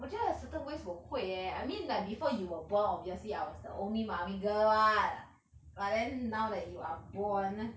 我觉得 certain ways 我会 eh I mean like before you were born obviously I was the only mummy girl [what] but then now that you are born